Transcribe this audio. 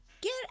Get